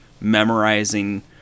memorizing